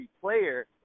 player